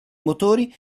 motori